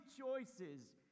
choices